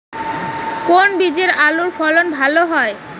কোন বীজে আলুর ফলন ভালো হয়?